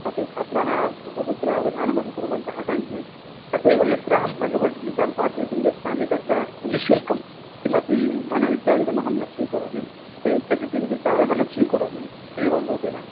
ते छात्राः बहुत्र अवधानमपि कुर्वन्तः सन्ति तथैव यत्र अहं भगवदीतां पाठयितुं गच्छामि तत्र निश्शुल्कं किमपि धनमित्यादिकमहं न स्वीकरोमि ते यच्छन्ति चेदपि प्रायः न स्वीकरोमि एवं रूपेण